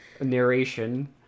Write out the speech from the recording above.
narration